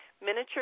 miniature